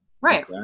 Right